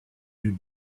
you